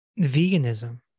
veganism